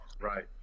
right